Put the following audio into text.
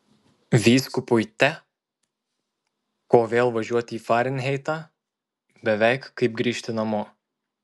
vyskupui te ko vėl važiuoti į farenheitą beveik kaip grįžti namo